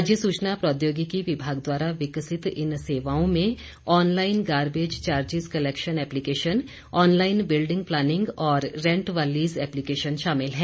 राज्य सूचना प्रौद्योगिकी विभाग द्वारा विकसित इन सेवाओं में online garbage charges collection application online building planning और रेंट व लीज एप्लीकेशन शामिल हैं